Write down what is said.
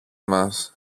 μας